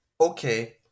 Okay